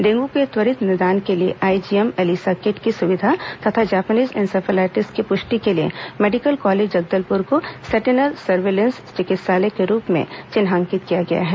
dengue के त्वरित निदान के लिए आइजीएम एलिसा किट की सुविधा तथा जापानीज इन्सेफेलाइटिस के पुष्टि के लिए मेंडिकल कॉलेज जगदलपुर को सेटिनल सर्विलेंस चिकित्सालय के रूप में चिन्हाकिंत किया गया है